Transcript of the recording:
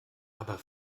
aber